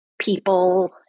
people